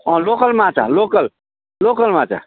अँ लोकल माछा local local माछा